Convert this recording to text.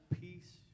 peace